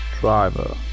driver